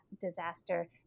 disaster